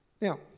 Now